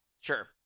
Sure